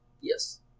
Yes